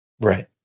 right